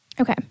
Okay